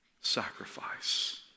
Sacrifice